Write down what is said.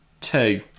Two